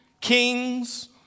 kings